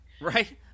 right